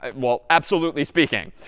ah well, absolutely speaking.